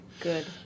Good